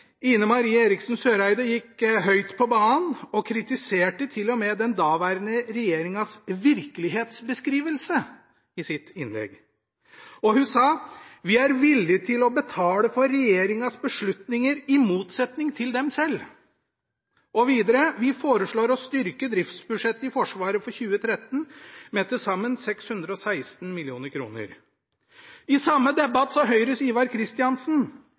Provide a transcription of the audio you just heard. Ine Marie Eriksen Søreide gikk høyt på banen og kritiserte til og med den daværende regjeringens virkelighetsbeskrivelse i sitt innlegg. Hun sa: «Vi er villige til å betale for regjeringas beslutninger i motsetning til dem selv.» Videre sa hun: «Vi foreslår å styrke driftsbudsjettet i Forsvaret for 2013 med til sammen 616 mill. kr.» I samme debatt sa Høyres Ivar